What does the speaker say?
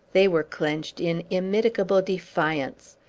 they were clenched in immitigable defiance.